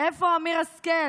איפה אמיר השכל?